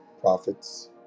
prophets